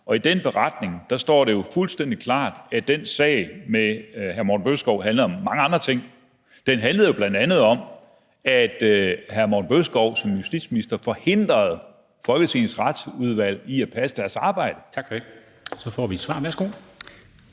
I den beretning står det jo fuldstændig klart, at den sag med hr. Morten Bødskov handlede om mange andre ting. Den handlede jo bl.a. om, at hr. Morten Bødskov som justitsminister forhindrede Folketingets Retsudvalg i at passe deres arbejde. Kl. 14:02 Formanden